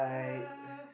uh